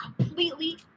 completely